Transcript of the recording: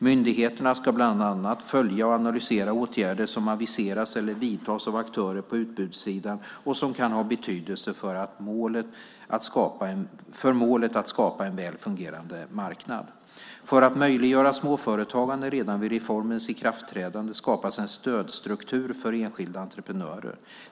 Myndigheterna ska bland annat följa och analysera åtgärder som aviseras eller vidtas av aktörer på utbudssidan och som kan ha betydelse för målet att skapa en väl fungerande marknad. För att möjliggöra småföretagande redan vid reformens ikraftträdande skapas en stödstruktur för enskilda entreprenörer.